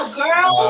girl